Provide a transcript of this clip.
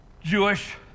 Jewish